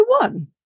One